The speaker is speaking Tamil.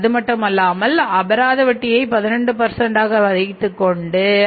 அதுமட்டுமல்லாமல் அபராத வட்டியை 18 ஆக வைத்துக் கணக்கிட்டோம்